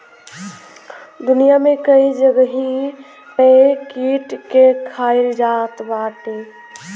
दुनिया में कई जगही पे कीट के खाईल जात बाटे